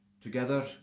together